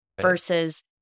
versus